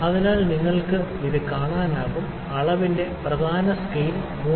അതിനാൽ നിങ്ങൾക്ക് കാണാനാകും അളവിന്റെ പ്രധാന സ്കെയിൽ 3